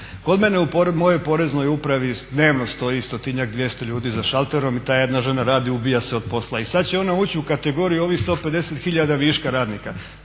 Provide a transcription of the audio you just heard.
Kod mene u mojoj Poreznoj upravi dnevno stoji stotinjak, dvjesto ljudi za šalterom i ta jedna žena radi, ubija se od posla. I sad će ona ući u kategoriju ovih 150 hiljada viška radnika.